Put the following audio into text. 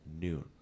noon